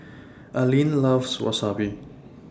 Allyn loves Wasabi